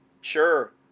sure